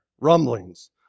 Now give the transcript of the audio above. rumblings